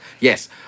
yes